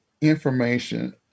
information